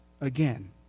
again